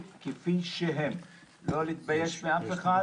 עכשיו יש מתקפה במע'אר,